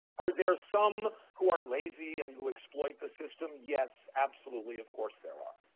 are there some who are lazy and who exploit the system? yes, absolutely, of course there are.